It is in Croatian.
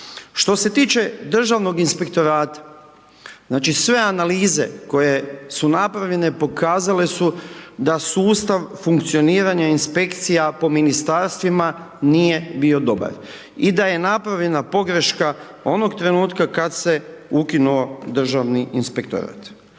Što se tiče Državnog inspektorata, znači sve analize koje su napravljene pokazale su da sustav funkcioniranja inspekcija po ministarstvima nije bio dobar i da je napravljena pogreška onog trenutka kada se ukinuo Državni inspektorat.